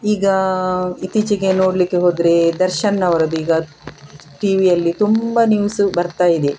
ಈಗ ಇತ್ತೀಚೆಗೆ ನೋಡಲಿಕ್ಕೆ ಹೋದರೆ ದರ್ಶನ್ನವರದು ಈಗ ಟೀವಿಯಲ್ಲಿ ತುಂಬ ನ್ಯೂಸು ಬರ್ತಾ ಇದೆ